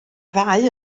ddau